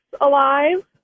alive